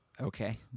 okay